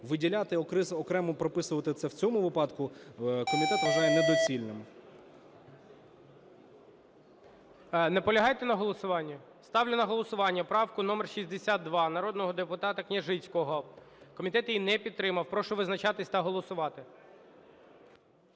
виділяти і окремо прописувати це в цьому випадку комітет вважає недоцільним. ГОЛОВУЮЧИЙ. Наполягаєте на голосуванні? Ставлю на голосування правку номер 62 народного депутата Княжицького. Комітет її не підтримав. Прошу визначатись та голосувати.